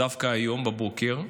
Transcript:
דווקא היום בבוקר,